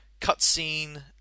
cutscene